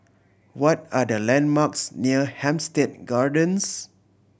what are the landmarks near Hampstead Gardens